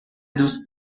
دوست